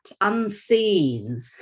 unseen